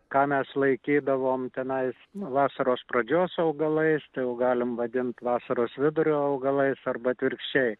ką mes laikydavom tenais vasaros pradžios augalais tai jau galim vadint vasaros vidurio augalais arba atvirkščiai